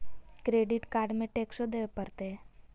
Credit card में टेक्सो देवे परते?